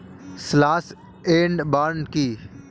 Slash and burn কি?